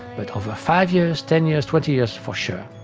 but over five years, ten years, twenty years for sure.